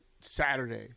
Saturday